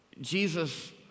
Jesus